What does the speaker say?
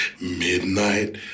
Midnight